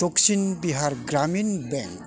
Dakshin Bihar Gramin bank